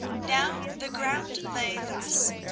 now the ground lay thus.